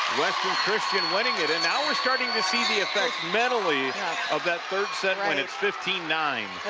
western christian winning it and now we're starting to see the effects mentally of that third set when it's fifteen nine.